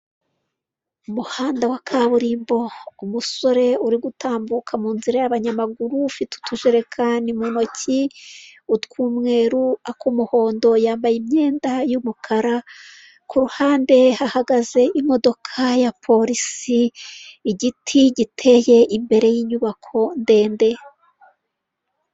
Umuhanda wa kaburimbo, umusore uri gutambuka mu nzira y'abanyamaguru, ufite utujerekani mu ntoki, utw'umweru ak'umuhondo, yambaye imyenda y'umukara, ku ruhande hahagaze imodoka ya polisi, igiti giteye imbere y'inyubako ndende.